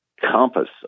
compass